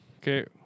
okay